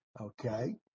okay